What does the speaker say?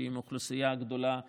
שהיא עם אוכלוסייה גדולה צעירה.